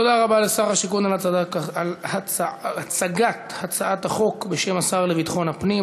תודה רבה לשר הבינוי והשיכון על הצגת הצעת החוק בשם השר לביטחון הפנים.